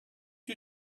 you